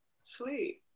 Sweet